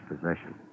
possession